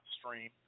stream